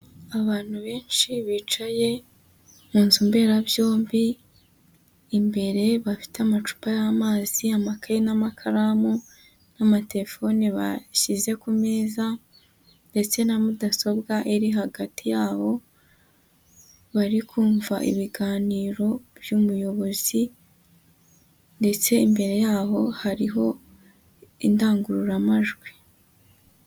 Abantu benshi bicaye mu nzu mberabyombi, imbere bafite amacupa y'amazi, amakaye n'amakaramu, n'amatelefone bashyize ku meza, ndetse na mudasobwa iri hagati yabo, bari kumva ibiganiro by'umuyobozi, ndetse imbere yabo hariho indangururamajwi.